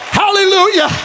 hallelujah